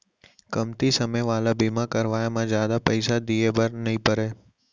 कमती समे वाला बीमा करवाय म जादा पइसा दिए बर नइ परय